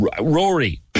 Rory